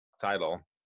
title